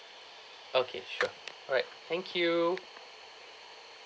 okay sure alright thank you